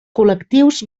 col·lectius